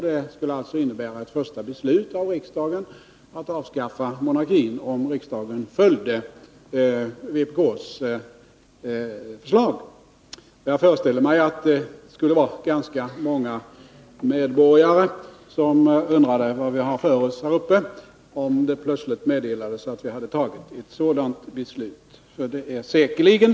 Det skulle alltså innebära ett första beslut om att avskaffa monarkin, ifall riksdagen följde vpk:s förslag. Jag föreställer mig att ganska många medborgare skulle undra vad vi har för oss här, om det plötsligt meddelades att vi hade fattat ett sådant beslut.